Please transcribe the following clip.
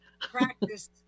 Practice